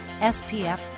SPF